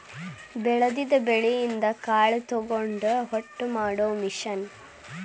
ಬೆಳದಿದ ಬೆಳಿಯಿಂದ ಕಾಳ ತಕ್ಕೊಂಡ ಹೊಟ್ಟ ಮಾಡು ಮಿಷನ್